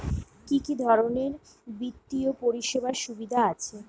কি কি ধরনের বিত্তীয় পরিষেবার সুবিধা আছে?